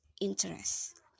interest